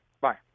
bye